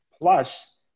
plus